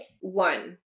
One